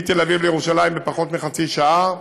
מתל-אביב לירושלים בפחות מחצי שעה.